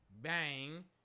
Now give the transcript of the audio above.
Bang